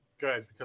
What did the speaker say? Good